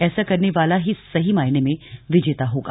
ऐसा करने वाला ही सही मायने में विजेता होगा